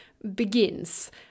begins